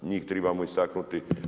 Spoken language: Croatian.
Njih tribamo istaknuti.